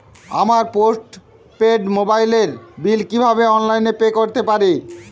আমার postpaid মোবাইলের bill কীভাবে অনলাইনে পে করতে পারি?